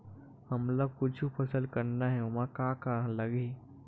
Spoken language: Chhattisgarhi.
हमन ला कुछु फसल करना हे ओमा का का लगही?